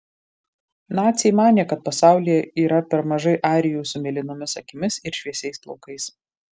naciai manė kad pasaulyje yra per mažai arijų su mėlynomis akimis ir šviesiais plaukais